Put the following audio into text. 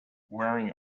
wearing